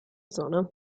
zona